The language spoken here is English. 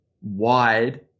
wide